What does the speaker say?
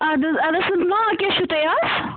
اَدٕ حظ اَدٕ حظ ناو کیٛاہ چھُو تۄہہِ اَتھ